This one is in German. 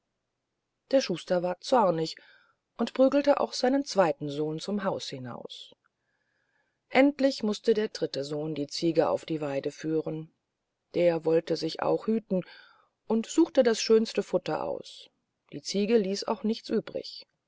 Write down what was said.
der schuster ward zornig und prügelte auch seinen zweiten sohn zum haus hinaus endlich mußte der dritte sohn die ziege auf die weide führen der wollt sich auch hüten und suchte das schönste futter aus die ziege ließ auch nichts übrig